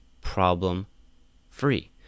problem-free